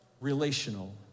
relational